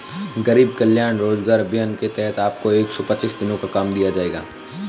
गरीब कल्याण रोजगार अभियान के तहत आपको एक सौ पच्चीस दिनों का काम दिया जाएगा